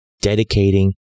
dedicating